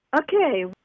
Okay